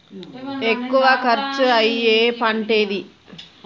ఎక్కువ ఖర్చు అయ్యే పంటేది?